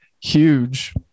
huge